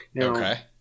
Okay